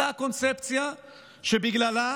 אותה הקונספציה שבגללה